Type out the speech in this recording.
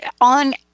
on